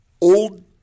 Old